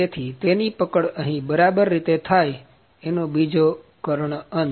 તેથી તેની પકડ અહી બરાબર રીતે થાય અને બીજો કર્ણ અંત